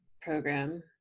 program